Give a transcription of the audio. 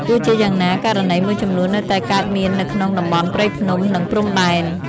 ទោះជាយ៉ាងណា ករណីមួយចំនួននៅតែកើតមាននៅក្នុងតំបន់ព្រៃភ្នំ និងព្រំដែន។